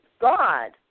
God